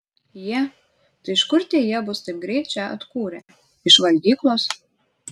jie tai iš kur tie jie bus taip greit čia atkūrę iš valgyklos